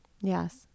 Yes